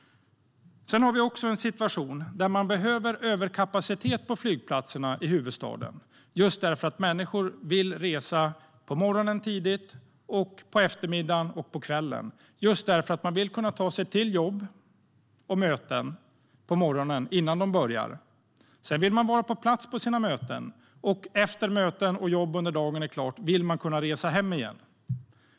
Vi har också en situation där man behöver överkapacitet på flygplatserna i huvudstaden, just därför att människor vill resa tidigt på morgonen, på eftermiddagen och på kvällen. Man vill kunna ta sig till jobb och möten på morgonen innan de börjar, sedan vill man vara på plats på mötena och efter att dagens möten och jobb är klara vill man kunna resa hem igen.